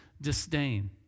disdain